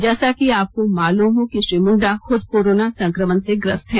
जैसा कि आपको मालूम हो श्री मुंडा खुद कोरोना संकमण से ग्रस्त हैं